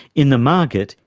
in the market,